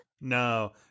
No